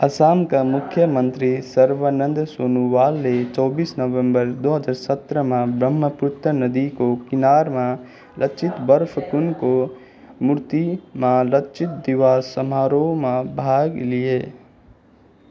असमका मुख्यमन्त्री सर्बनन्द सोनोवालले चौबीस नोभेम्बर दो हजार सत्रमा ब्रह्मपुत्र नदीको किनारमा लचित बर्फकुनको मूर्तिमा लाचित दिवा समारोहमा भाग लिए